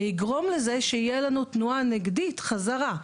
ויגרום לזה שתהיה לנו תנועה נגדית חזרה.